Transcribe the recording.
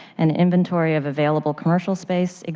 and the inventory of available commercial space,